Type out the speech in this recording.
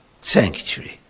sanctuary